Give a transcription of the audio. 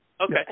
Okay